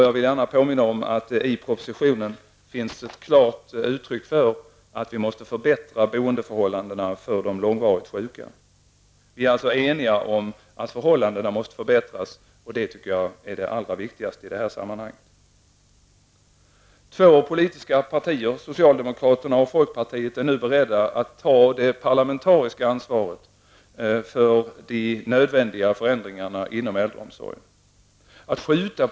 Jag vill gärna påminna om att det i propositionen finns ett klart uttryck för att vi måste förbättra boendeförhållandena för de långtidssjuka. Vi är alltså eniga om att förhållandena måste förbättras, och det tycker jag är det allra viktigaste i sammanhanget. Två politiska partier, socialdemokraterna och folkpartiet, är nu beredda att ta det parlamentariska ansvaret för de nödvändiga förändringarna inom äldreomsorgen.